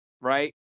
right